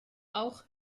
auch